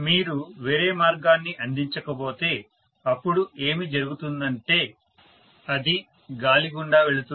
మీరు వేరే మార్గాన్ని అందించకపోతే అప్పుడు ఏమి జరుగుతుందంటే అది గాలి గుండా వెళుతుంది